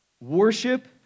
Worship